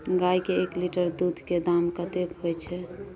गाय के एक लीटर दूध के दाम कतेक होय छै?